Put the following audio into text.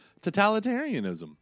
totalitarianism